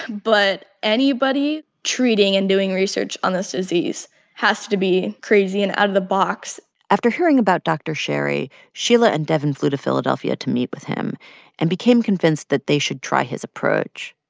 but anybody treating and doing research on this disease has to be crazy and out of the box after hearing about dr. sherry, sheila and devyn flew to philadelphia to meet with him and became convinced that they should try his approach.